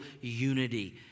unity